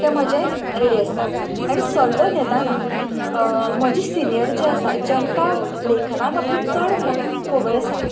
ते म्हजें रेडी आसता आनी सल्लो घेताना म्हजे सिनीयर जे आसा जांकां लेखना बाबतींत चड खबर आसा